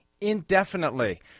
indefinitely